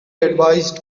advised